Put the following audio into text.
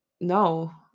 no